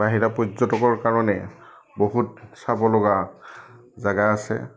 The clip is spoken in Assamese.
বাহিৰা পৰ্যটকৰ কাৰণে বহুত চাব লগা জেগা আছে